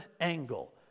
angle